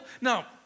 now